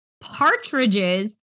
partridges